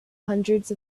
hundreds